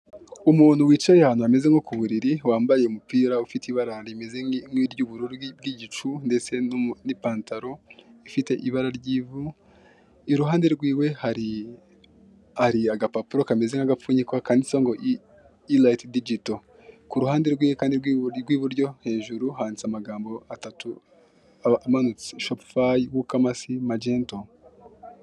Umuntu wicaye ahameze nko k'uburiri wambaye umupira ufite ibara rimeze nk'iryubururu ry'igicu ndetse n'ipataro ifite ibara ry'ivu, iruhande rw'iwe hari agapapuro kameze nkagapfunyika kanditseho irayiti dijito kuruhande rwe kandi rw'iburyo hejurii handitse amagambo atatu amanutse; shofayi, wawukamasi, majeto.